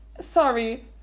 Sorry